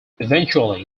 eventually